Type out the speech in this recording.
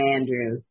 Andrew